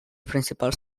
principals